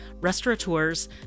restaurateurs